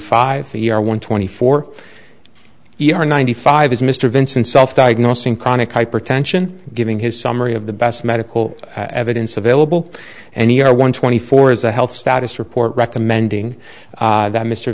five year one twenty four e r ninety five is mr vinson self diagnosing chronic hypertension giving his summary of the best medical evidence available and he are one twenty four is a health status report recommending that mr